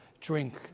drink